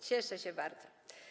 Cieszę się bardzo.